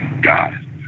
God